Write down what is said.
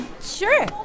Sure